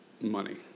money